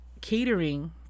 catering